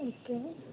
okay